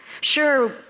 Sure